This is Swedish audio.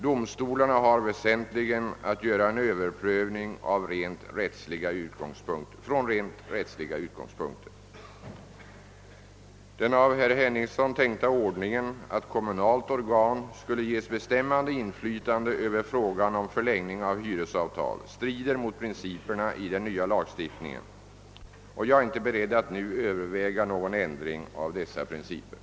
Domstolarna har väsentligen att göra en överprövning från rent rättsliga utgångspunkter. Den av herr Henningsson tänkta ordningen att kommunalt organ skulle ges bestämmande inflytande över frågan om förlängning av hyresavtal strider mot principerna i den nya lagstiftningen. Jag är inte beredd att nu överväga någon ändring av dessa principer.